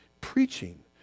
Preaching